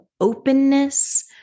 openness